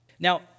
Now